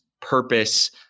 purpose